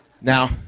Now